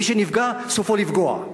מי שנפגע סופו לפגוע.